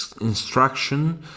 instruction